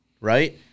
Right